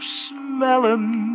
smelling